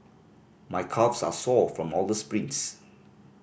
my calves are sore from all the sprints